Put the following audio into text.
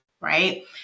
right